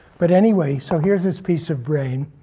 but anyway, so here's this piece of brain.